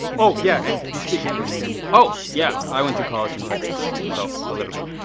oh, yeah, and he speaks english, too. oh, yeah. i went to college in texas. so a little bit.